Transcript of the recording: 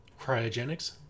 Cryogenics